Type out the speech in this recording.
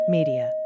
Media